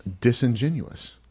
disingenuous